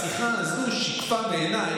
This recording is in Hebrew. העסקים שם מתמוטטים.